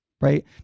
right